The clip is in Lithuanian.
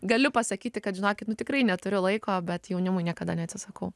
galiu pasakyti kad žinokit nu tikrai neturiu laiko bet jaunimui niekada neatsisakau